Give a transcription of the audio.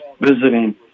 visiting